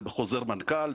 זה בחוזר מנכ"ל,